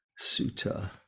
Sutta